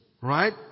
Right